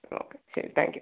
okay ശരി thank U